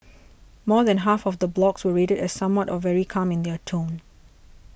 more than half of the blogs were rated as somewhat or very calm in their tone